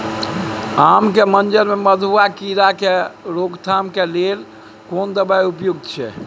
आम के मंजर में मधुआ कीरा के रोकथाम के लेल केना दवाई उपयुक्त छै?